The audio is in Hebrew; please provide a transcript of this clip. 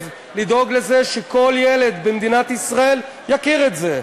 לדאוג לזה שכל ילד במדינת ישראל יכיר את זה,